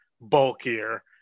bulkier